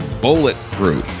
Bulletproof